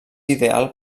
ideal